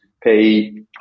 pay